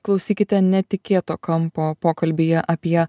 klausykite netikėto kampo pokalbyje apie